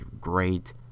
great